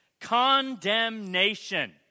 Condemnation